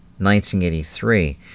1983